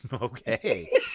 Okay